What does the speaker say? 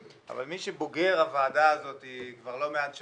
אבל כמי שבוגר הוועדה הזאת כבר לא מעט שנים,